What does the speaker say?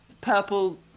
purple